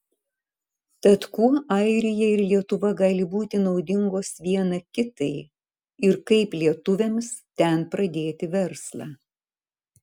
tad kuo airija ir lietuva gali būti naudingos viena kitai ir kaip lietuviams ten pradėti verslą